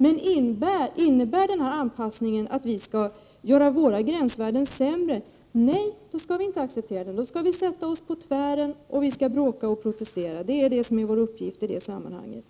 Men innebär anpassningen att vi skall göra våra gränsvärden sämre, då skall vi inte acceptera det. Då skall vi sätta oss på tvären och bråka och protestera. Det är vår uppgift i det sammanhanget.